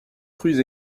fruits